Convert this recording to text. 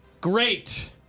Great